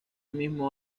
mismo